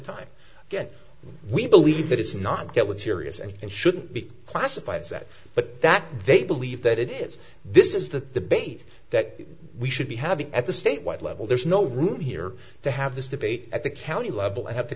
time again we believe that it's not dealt with serious and shouldn't be classified as that but that they believe that it is this is that the bait that we should be having at the statewide level there's no room here to have this debate at the county level and have the